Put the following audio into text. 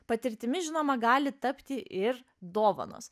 patirtimi žinoma gali tapti ir dovanos